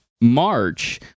March